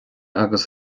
agus